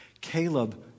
Caleb